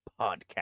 podcast